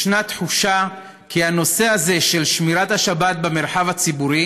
יש תחושה שהנושא הזה של שמירת השבת במרחב הציבורי